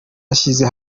yashyize